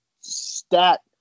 stat